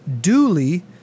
duly